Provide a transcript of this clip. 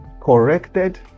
corrected